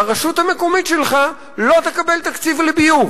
הרשות המקומית שלך לא תקבל תקציב לביוב,